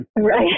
Right